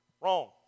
Wrong